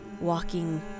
walking